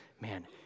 man